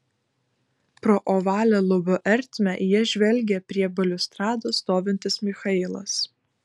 pro ovalią lubų ertmę į jas žvelgė prie baliustrados stovintis michailas